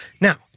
Now